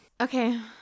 Okay